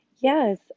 Yes